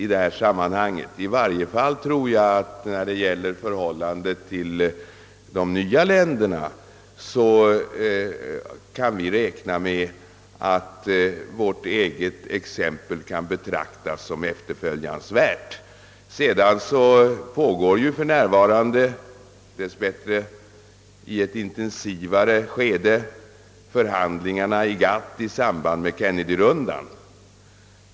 I varje fall tror jag att vi beträffande förhållandet till de nya länderna kan räkna med att vårt eget exempel betraktas som efterföljansvärt. För närvarande befinner sig för Öövrigt, dess bättre, förhandlingarna i GATT i ett intensivare skede i samband med Kennedy-rundan.